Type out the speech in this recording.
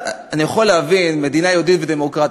אני יכול להבין: מדינה יהודית ודמוקרטית,